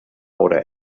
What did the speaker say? oder